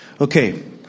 Okay